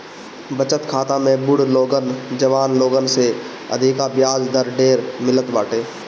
बचत खाता में बुढ़ लोगन जवान लोगन से अधिका बियाज दर ढेर मिलत बाटे